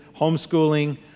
homeschooling